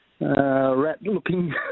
rat-looking